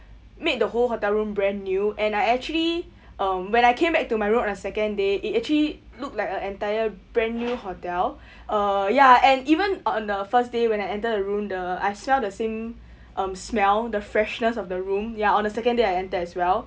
make the whole hotel room brand new and I actually um when I came back to my room on the second day it actually looked like a entire brand new hotel uh ya and even on the first day when I enter the room the I smell the same um smell the freshness of the room ya on the second day I enter as well